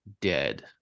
dead